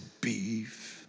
beef